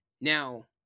Now